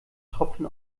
tropfen